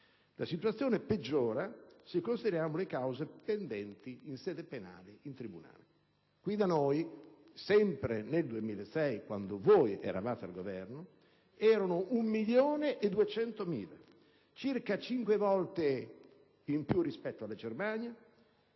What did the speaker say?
La situazione peggiora se consideriamo le cause pendenti in tribunale in sede penale. Qui da noi, sempre nel 2006, quando voi eravate al Governo, erano 1.200.000; circa cinque volte in più rispetto alla Germania,